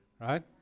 Right